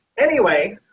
anyway,